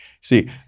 See